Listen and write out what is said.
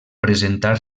presentar